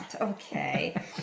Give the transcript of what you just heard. Okay